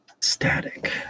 Static